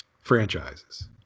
franchises